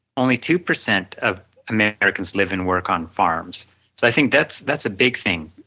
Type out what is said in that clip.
only two percent of americans live and work on farms. so i think that's that's a big thing.